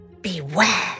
beware